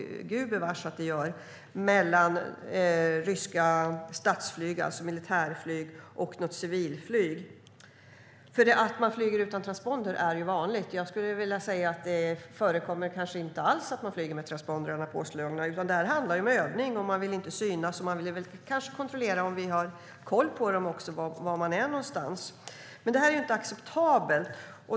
Gud förbjude att det händer någonting mellan ryska statsflyg, alltså militärflyg, och något civilflyg. Det är vanligt att man flyger utan transponder. Jag skulle vilja säga att det kanske inte alls förekommer att man flyger med påslagna transpondrar. Det handlar om övning, och man vill inte synas. Man kanske också vill kontrollera om vi har koll på var man är någonstans. Detta är inte acceptabelt.